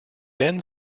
then